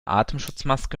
atemschutzmaske